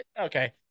Okay